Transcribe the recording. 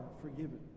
forgiven